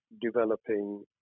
developing